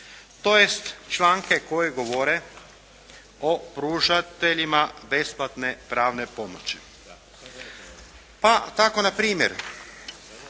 tj. članke koji govore o pružateljima besplatne pravne pomoći. Pa tako na primjer